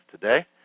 today